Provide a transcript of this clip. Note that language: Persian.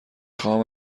خواهم